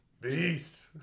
beast